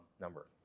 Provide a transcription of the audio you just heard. number